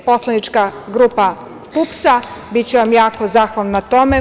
Poslanička grupa PUPS-a će vam biti jako zahvalna na tome.